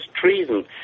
treason